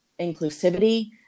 inclusivity